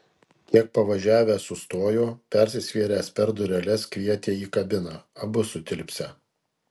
kiek pavažiavęs sustojo persisvėręs per dureles kvietė į kabiną abu sutilpsią